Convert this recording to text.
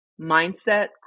mindset